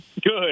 Good